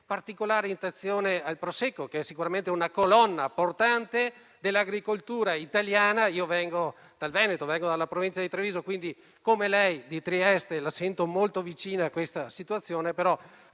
Particolare attenzione va rivolta al Prosecco, che è sicuramente una colonna portante dell'agricoltura italiana. Io vengo dal Veneto, dalla provincia di Treviso, così come lei è di Trieste e la sento molto vicino in questa situazione.